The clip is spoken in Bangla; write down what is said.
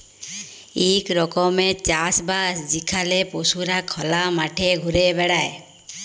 ইক রকমের চাষ বাস যেখালে পশুরা খলা মাঠে ঘুরে বেড়ায়